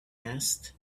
asked